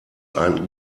ein